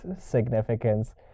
significance